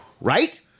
Right